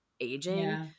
aging